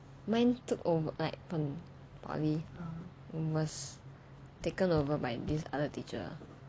mine took over like from poly was taken over by this other teacher